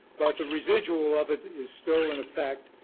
but the residual of it is still in effect,